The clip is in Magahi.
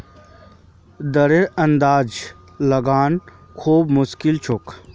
दरेर अंदाजा लगाना खूब मुश्किल छोक